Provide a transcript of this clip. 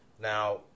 Now